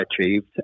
achieved